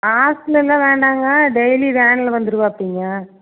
hostel எல்லாம் வேண்டாம்ங்க daily வேனில் வந்துருவாப்புலேங்க